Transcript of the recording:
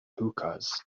hookahs